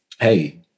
Hey